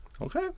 Okay